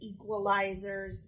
equalizers